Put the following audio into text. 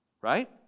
right